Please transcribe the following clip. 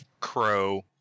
crow